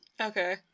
Okay